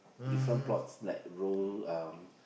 different pots like rose um